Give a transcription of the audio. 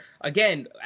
again